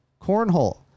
cornhole